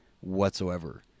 whatsoever